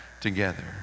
together